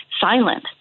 silent